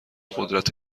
قدرت